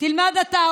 תלמד אתה,